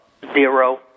zero